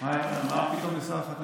מה פתאום לשר החקלאות?